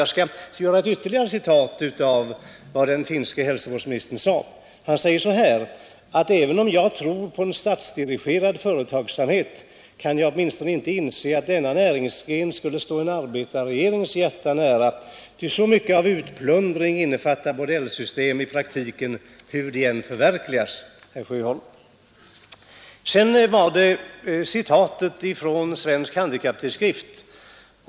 Jag skall anföra ytterligare ett citat av vad den finske hälsovårdsministern sade: ”Även om jag tror på en statsdirigerad företagsamhet, kan jag åtminstone inte inse att denna näringsgren skulle stå en arbetarregerings hjärta nära, ty så mycket av utplundring innefattar bordellsystem i praktiken, hur de än förverkligas.” Tänk på det, herr Sjöholm! Sedan var det citatet från Svensk handikapptidskrift.